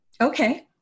Okay